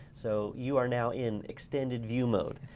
so you are now in extended view mode.